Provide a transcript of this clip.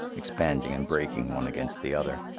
expanding and breaking one against the other.